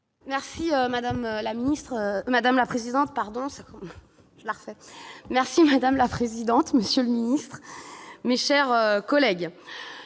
Madame la présidente, monsieur le ministre, mes chers collègues,